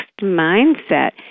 mindset